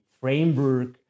framework